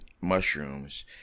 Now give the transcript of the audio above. mushrooms